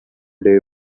day